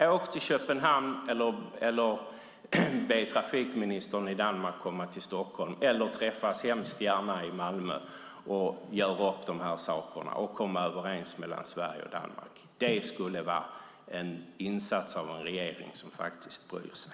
Åk till Köpenhamn eller be trafikministern i Danmark att komma till Stockholm eller träffas hemskt gärna i Malmö och gör upp dessa saker och kom överens mellan Sverige och Danmark! Det skulle vara en insats av en regering som faktiskt bryr sig.